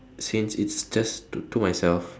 since it's just to to myself